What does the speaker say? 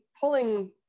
pulling